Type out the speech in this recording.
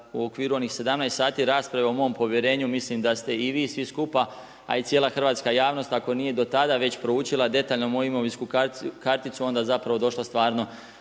U okviru onih 17 sati rasprave o mom povjerenju mislim da ste i vi svi skupa a i cijela Hrvatska javnost ako nije do tada već proučila detaljno moju imovinsku karticu onda zapravo došla stvarno